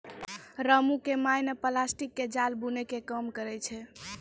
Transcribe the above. रामू के माय नॅ प्लास्टिक के जाल बूनै के काम करै छै